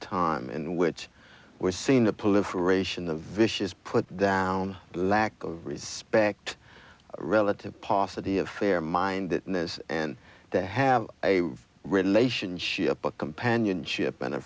time in which we're seeing the political aeration the vicious put down lack of respect relative paucity of fair mindedness and to have a relationship with companionship and a